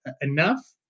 enough